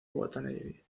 watanabe